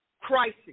crisis